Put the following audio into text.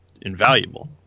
invaluable